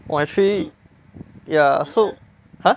point three ya so !huh!